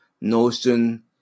Notion